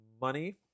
money